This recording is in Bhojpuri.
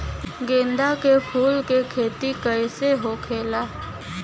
गेंदा के फूल की खेती कैसे होखेला?